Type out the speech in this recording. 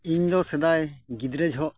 ᱤᱧᱫᱚ ᱥᱮᱫᱟᱭ ᱜᱤᱫᱽᱨᱟᱹ ᱡᱚᱦᱚᱜ